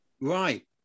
Right